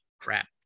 crap